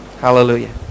Hallelujah